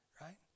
Right